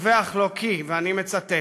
ודיווח לו, ואני מצטט: